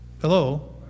Hello